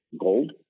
gold